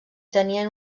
tenien